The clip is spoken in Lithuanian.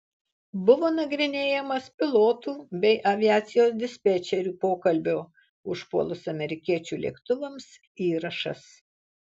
buvo nagrinėjamas pilotų bei aviacijos dispečerių pokalbio užpuolus amerikiečių lėktuvams įrašas